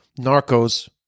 narcos